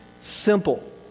simple